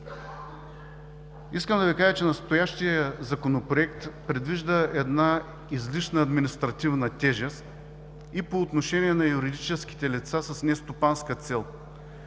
Искам да Ви кажа, че настоящият Законопроект предвижда една излишна административна тежест и по отношение на юридическите лица с нестопанска цел.